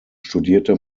studierte